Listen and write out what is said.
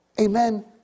Amen